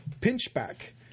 Pinchback